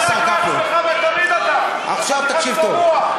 יש לך 20 דירות, חתיכת צבוע.